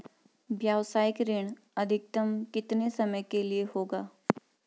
व्यावसायिक ऋण अधिकतम कितने समय के लिए होगा?